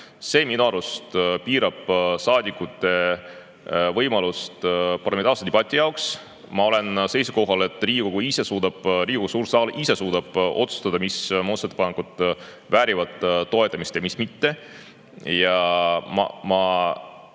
See minu arust piirab saadikute võimalust parlamentaarseks debatiks. Ma olen seisukohal, et Riigikogu suur saal ise suudab otsustada, mis muudatusettepanekud väärivad toetamist ja mis mitte.